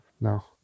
No